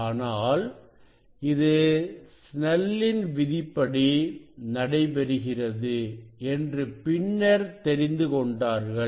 ஆனால் இது சுனெலின் விதிப்படி நடைபெறுகிறது என்று பின்னர் தெரிந்து கொண்டார்கள்